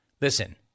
Listen